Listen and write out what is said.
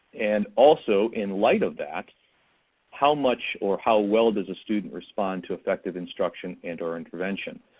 and also in light of that how much or how well does a student respond to effective instruction and or intervention.